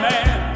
Man